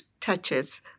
touches